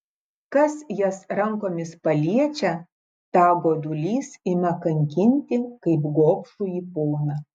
kas jas rankomis paliečia tą godulys ima kankinti kaip gobšųjį poną